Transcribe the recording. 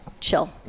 chill